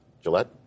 Gillette